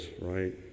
right